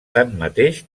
tanmateix